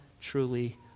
truly